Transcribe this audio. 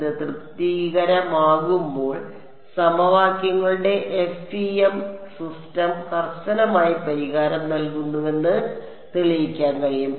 ഇത് തൃപ്തികരമാകുമ്പോൾ സമവാക്യങ്ങളുടെ FEM സിസ്റ്റം കർശനമായി പരിഹാരം നൽകുന്നുവെന്ന് തെളിയിക്കാൻ കഴിയും